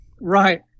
Right